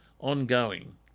ongoing